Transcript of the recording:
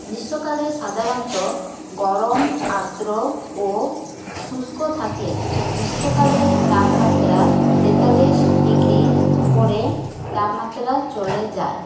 গ্রীষ্মকালে সাধারণত গরম আর্দ্র ও শুষ্ক থাকে গ্রীষ্মকালে তাপমাত্রা তেতাল্লিশ ডিগ্রি উপরে তাপমাত্রা চলে যায়